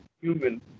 human